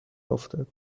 افتد